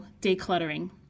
decluttering